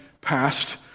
past